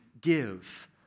give